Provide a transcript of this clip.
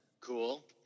cool